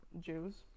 Jews